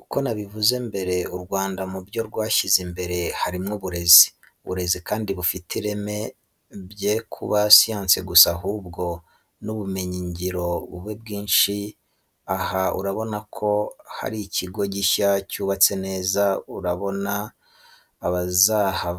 Uko nabivuze mbere u Rwanda mubyo rwashyize imbere harimo n'uburezi. Uburezi kandi bufite ireme byekuba siyansi gusa ahubwo n,ubumenyi ngiro bube bwinshi aha urabona ko harikigo gishya cyubatse neza urabona abazavaha